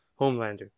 Homelander